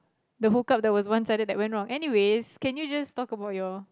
the hook up that was one sided that went wrong anyway can we just talk about your